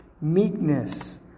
meekness